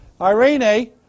Irene